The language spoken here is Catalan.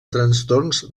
trastorns